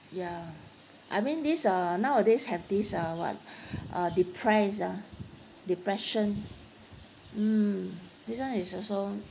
ya I mean this uh nowadays have this uh what ah depressed ah depression hmm this one is also